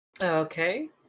Okay